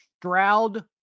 Stroud